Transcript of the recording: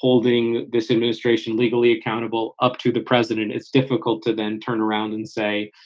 holding this administration legally accountable up to the president. it's difficult to then turn around and say,